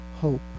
hope